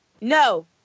No